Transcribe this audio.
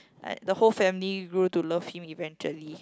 like the whole family grew to love him eventually